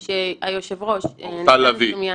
תודה.